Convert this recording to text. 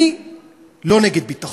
אני לא נגד ביטחון.